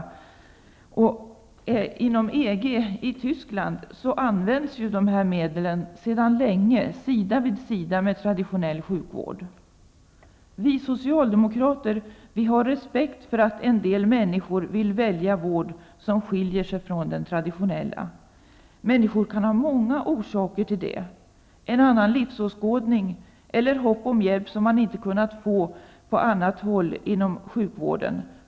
Inom EG, bl.a. i Tyskland, används dessa medel sedan länge sida vid sida med traditionell sjukvård. Vi socialdemokrater har respekt för att en del människor vill välja vård som skiljer sig från den traditionella. Människor kan ha många orsaker till det. Det kan vara en annan livsåskådning eller hopp om hjälp som man inte kunnat få på annat håll inom sjukvården.